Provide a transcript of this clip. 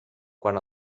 quan